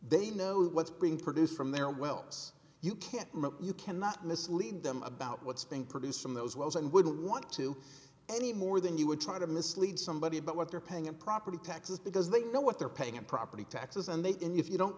they know what's being produced from their wells you can't you cannot mislead them about what's being produced from those wells and wouldn't want to anymore than you would try to mislead somebody about what they're paying in property taxes because they know what they're paying in property taxes and they can if you don't